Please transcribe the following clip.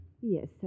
Yes